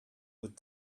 would